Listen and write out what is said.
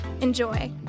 Enjoy